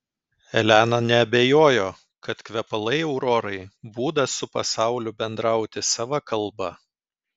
elena neabejojo kad kvepalai aurorai būdas su pasauliu bendrauti sava kalba